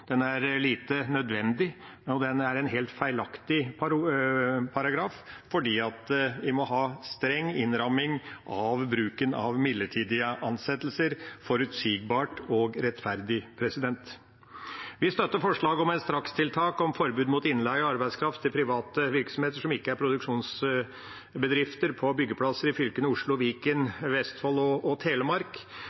den er lite nødvendig, og den er en helt feilaktig paragraf, for vi må ha streng innramming av bruken av midlertidige ansettelser – forutsigbart og rettferdig. Vi støtter forslaget om et strakstiltak om forbud mot innleie av arbeidskraft i private virksomheter som ikke er produksjonsbedrifter, på byggeplasser i fylkene Oslo, Viken, Vestfold og Telemark,